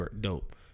dope